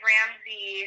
Ramsey